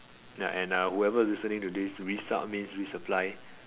ya and uh whoever listening to this resupp means resupply